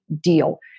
deal